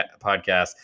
podcast